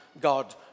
God